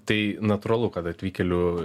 tai natūralu kad atvykėlių